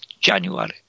January